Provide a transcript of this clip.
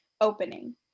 opening